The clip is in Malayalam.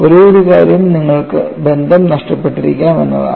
ഒരേയൊരു കാര്യം നിങ്ങൾക്ക് ബന്ധം നഷ്ടപ്പെട്ടിരിക്കാം എന്നതാണ്